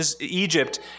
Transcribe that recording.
Egypt